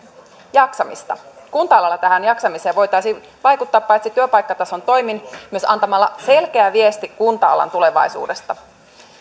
jaksamista kunta alalla tähän jaksamiseen voitaisiin vaikuttaa paitsi työpaikkatason toimin myös antamalla selkeä viesti kunta alan tulevaisuudesta